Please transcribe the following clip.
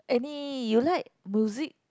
any you like music